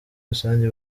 rusange